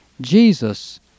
Jesus